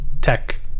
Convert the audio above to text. tech